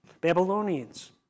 Babylonians